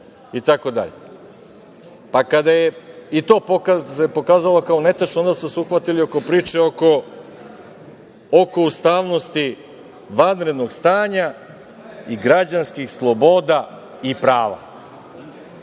itd. Pa, kada se i to pokazalo kao netačno, onda su se uhvatili oko priče ustavnosti vanrednog stanja i građanskih sloboda i prava,